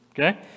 Okay